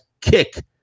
kick